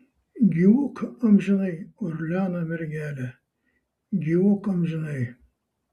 gyvuok amžinai orleano mergele gyvuok amžinai